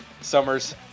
summer's